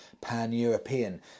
Pan-European